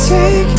Take